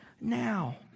now